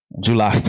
July